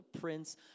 prince